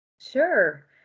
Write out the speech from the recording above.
Sure